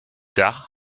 tard